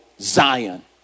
Zion